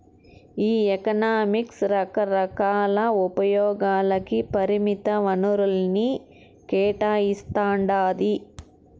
ఈ ఎకనామిక్స్ రకరకాల ఉపయోగాలకి పరిమిత వనరుల్ని కేటాయిస్తాండాది